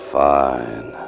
fine